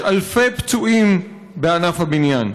יש אלפי פצועים בענף הבניין.